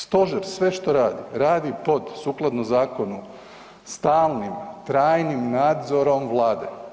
Stožer sve što radi pod sukladno zakonu stalnim, trajnim nadzorom Vlade.